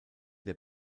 der